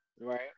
right